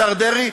השר דרעי,